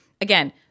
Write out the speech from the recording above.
Again